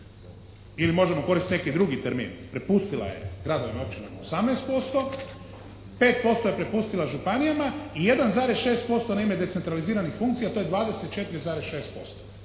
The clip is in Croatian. ili možemo koristit neki drugi termin. Prepustila je gradovima i općinama 18%, 5% je prepustila županijama i 1,6% na ime decentraliziranih funkcija. To je 24,6%.